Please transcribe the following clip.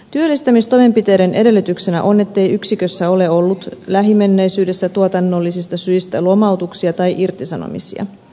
työllistämistoimenpiteiden edellytyksenä on ettei yksikössä ole ollut lähimenneisyydessä tuotannollisista syistä lomautuksia tai irtisanomisia